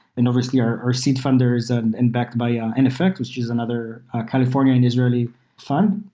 and obviously our our seed funder is and and backed by nfx, which is another california and israeli fund.